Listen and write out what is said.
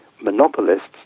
monopolists